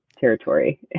territory